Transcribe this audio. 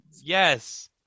Yes